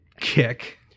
kick